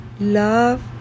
Love